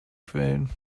quellen